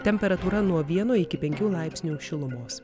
temperatūra nuo vieno iki penkių laipsnių šilumos